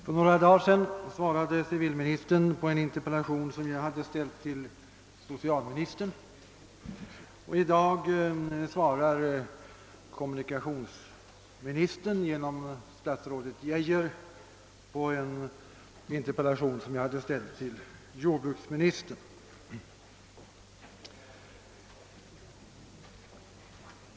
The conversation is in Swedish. För några dagar sedan svarade civilministern på en interpellation som jag hade ställt till socialministern, och i dag svarar kommunikationsministern genom statsrådet Geijer på en interpellation som jag hade ställt till jordbruksministern.